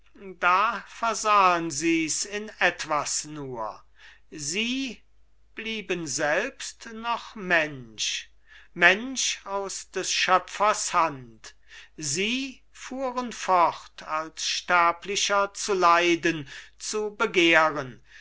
da versahen sie's in etwas nur sie blieben selbst noch mensch mensch aus des schöpfers hand sie fuhren fort als sterblicher zu leiden zu begehren